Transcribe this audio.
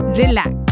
relax